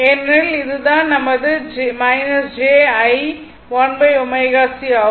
ஏனெனில் இது தான் நமது j I 1 ω c ஆகும்